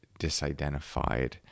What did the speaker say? disidentified